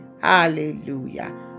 Hallelujah